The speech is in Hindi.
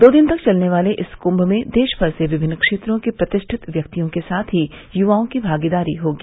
दो दिन तक चलने वाले इस कुम में देश भर से विमिन्न क्षेत्रों के प्रतिष्ठित व्यक्तियों के साथ ही युवाओं की भागीदारी होगी